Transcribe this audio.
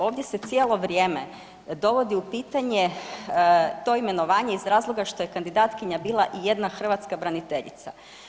Ovdje se cijelo vrijeme dovodi u pitanje to imenovanje iz razloga što je kandidatkinja bila i jedna hrvatska braniteljica.